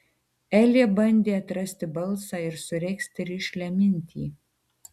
elė bandė atrasti balsą ir suregzti rišlią mintį